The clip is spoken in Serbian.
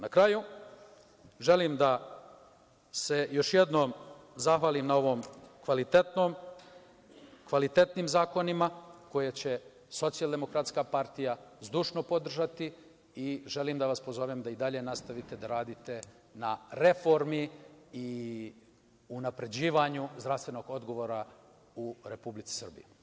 Na kraju, želim da se još jednom zahvalim na ovim kvalitetnim zakonima koje će SDP zdušno podržati i želim da vas pozovem da i dalje nastavite da radite na reformi i unapređivanju zdravstvenog odgovora u Republici Srbiji.